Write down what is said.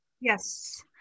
Yes